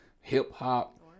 hip-hop